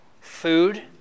food